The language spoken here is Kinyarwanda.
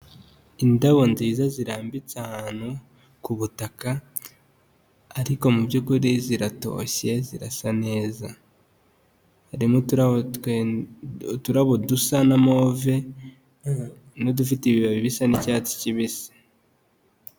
Indabo nziza zirambitse ahantu ku butaka ariko mu by'ukuri ziratoshye zirasa neza, harimo uturabo dusa na move n'udufite ibibabi bisa n'icyatsi kibisi.